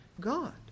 God